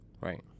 Right